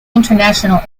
international